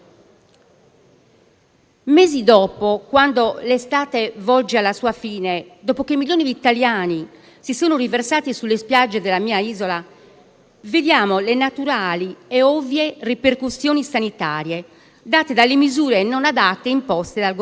Mesi dopo, quando l'estate volge alla sua fine, dopo che milioni di italiani si sono riversati sulle spiagge della mia isola, vediamo le naturali e ovvie ripercussioni sanitarie date dalle misure non adatte imposte dal Governo.